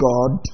God